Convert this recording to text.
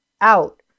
out